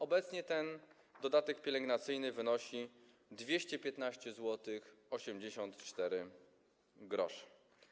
Obecnie ten dodatek pielęgnacyjny wynosi 215,84 zł.